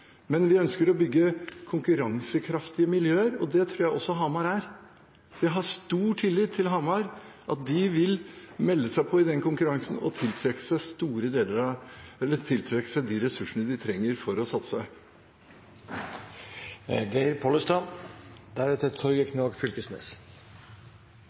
men vi ønsker å bygge konkurransekraftige miljøer, og det tror jeg også Hamar er. Vi har stor tillit til Hamar, at de vil melde seg på i den konkurransen og tiltrekke seg de ressursene de trenger for å satse.